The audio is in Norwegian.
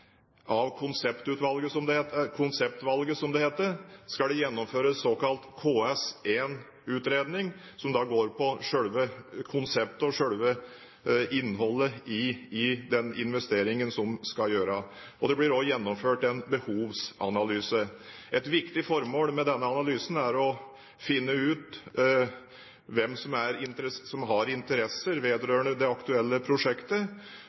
konseptvalget, som det heter, skal det gjennomføres såkalt KS 1-utredning, som går på selve konseptet og selve innholdet i den investeringen som skal gjøres. Det blir også gjennomført en behovsanalyse. Et viktig formål med denne analysen er å finne ut hvem som er interessenter vedrørende det aktuelle prosjektet, også de som er utenfor den sektoren som prosjektet